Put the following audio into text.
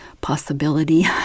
possibility